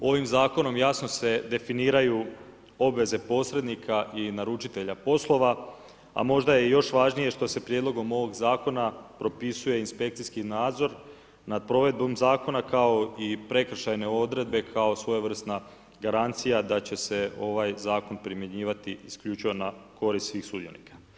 Ovim zakonom jasno se definiraju obveze posrednika i naručitelja poslova, a možda je još važnije što se prijedlogom ovog zakona propisuje inspekcijski nadzor nad provedbom zakona, kao i prekršajne odredbe kao svojevrsna garancija da će se ovaj zakon primjenjivati isključivo na korist svih sudionika.